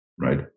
right